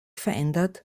verändert